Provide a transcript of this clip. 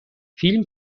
فیلم